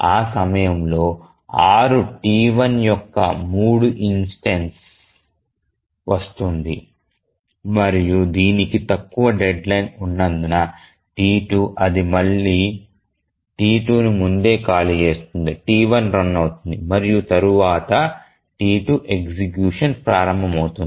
ఆ సమయంలో 6 T1 యొక్క మూడవ ఇన్స్టెన్స వస్తుంది మరియు దీనికి తక్కువ డెడ్లైన్ ఉన్నందున T2 అది మళ్ళీ T2ను ముందే ఖాళీ చేస్తుంది T1 రన్ అవుతుంది మరియు తరువాత T2 ఎగ్జిక్యూషన్ ప్రారంభమవుతుంది